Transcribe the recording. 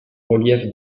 relief